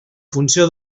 funció